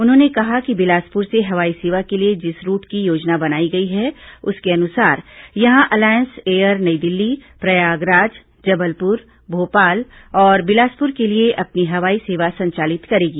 उन्होंने कहा कि बिलासपुर से हवाई सेवा के लिए जिस रूट की योजना की बनाई गई है उसके अनुसार यहां एलायन्स एयर नई दिल्ली प्रयागराज जबलपुर भोपाल और बिलासपुर के लिए अपनी हवाई सेवा संचालित करेगी